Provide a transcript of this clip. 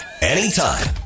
anytime